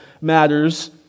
matters